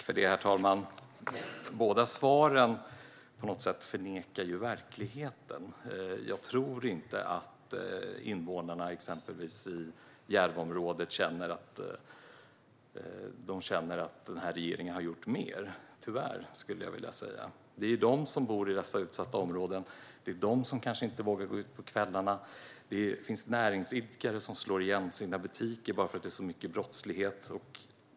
Herr talman! Båda svaren förnekar på något sätt verkligheten. Jag tror inte att invånarna i exempelvis Järvaområdet känner att den här regeringen har gjort mer, tyvärr. Det är ju de som bor i dessa utsatta områden som inte vågar gå ut på kvällarna. Det finns näringsidkare som slår igen sina butiker bara för att det är så mycket brottslighet.